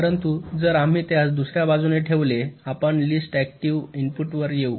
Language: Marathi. परंतु जर आम्ही त्यास दुसर्या बाजूने ठेवले आपण लिस्ट ऍक्टिव्ह इनपुट वर ठेऊ